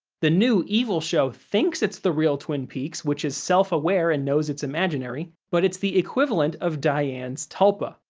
the new, evil show thinks it's the real twin peaks which is self-aware and knows it's imaginary, but it's the equivalent of diane's tulpa,